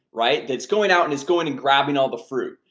right? that's going out and it's going and grabbing all the fruit,